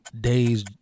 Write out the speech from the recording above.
days